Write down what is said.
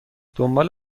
دنبال